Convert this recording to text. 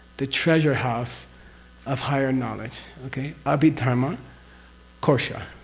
the treasure house of higher knowledge. okay? abhidharma kosha,